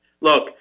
look